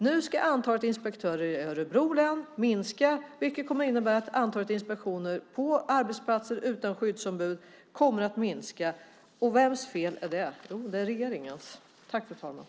Nu ska antalet inspektörer i Örebro län minska, vilket kommer att innebära att antalet inspektioner på arbetsplatser utan skyddsombud kommer att minska. Vems fel är det? Jo, det är regeringens fel.